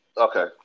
Okay